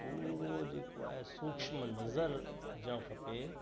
पूरो जेको आहे सुक्ष्म नज़र हुजणु खपे